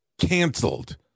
canceled